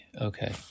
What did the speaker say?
Okay